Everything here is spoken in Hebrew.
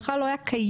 בכלל לא היה קיים,